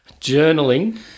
journaling